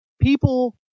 people